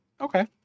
Okay